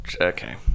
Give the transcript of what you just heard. Okay